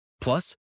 Plus